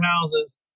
houses